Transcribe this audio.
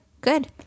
Good